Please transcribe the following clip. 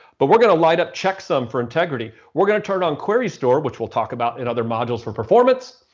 but we're going to light up checksum for integrity. we're going to turn on query store, which we'll talk about in other modules for performance.